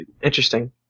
Interesting